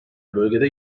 bölgede